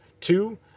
Two